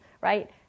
right